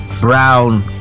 Brown